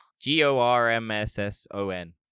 G-O-R-M-S-S-O-N